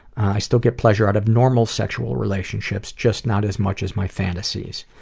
i still get pleasure out of normal sexual relationships, just not as much as my fantasies.